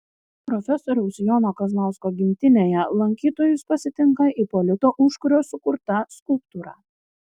profesoriaus jono kazlausko gimtinėje lankytojus pasitinka ipolito užkurio sukurta skulptūra